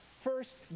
first